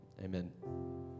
Amen